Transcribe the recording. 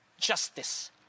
justice